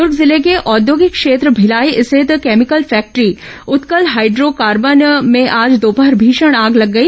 दुर्ग जिले के औद्योगिक क्षेत्र भिलाई स्थित केमिकल फैक्ट्री उत्कल हाइड्रोकार्बन में आज दोपहर भीषण आग लग गई